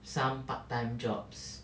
some part time jobs